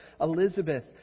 Elizabeth